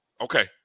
Okay